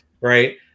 right